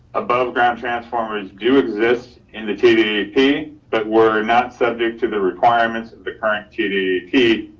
above ground transformers do exist in the tddp but we're not subject to the requirements of the current tddp,